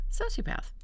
sociopath